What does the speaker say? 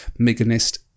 meganist